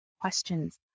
questions